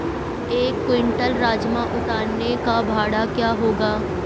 एक क्विंटल राजमा उतारने का भाड़ा क्या होगा?